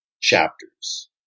chapters